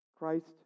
Christ